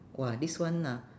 !wah! this one ah